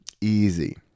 Easy